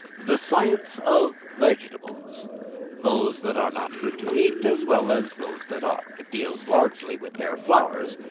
the science of vegetables those that are not good to eat, as well as those that are. it deals largely with their flowers,